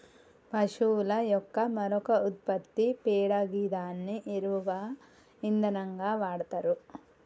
పశువుల యొక్క మరొక ఉత్పత్తి పేడ గిదాన్ని ఎరువుగా ఇంధనంగా వాడతరు